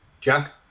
Jack